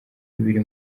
bibiri